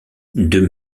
deux